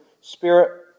Spirit